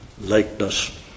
likeness